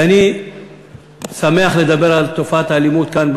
ואני שמח לדבר על תופעת האלימות כאן,